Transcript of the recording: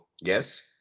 yes